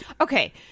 okay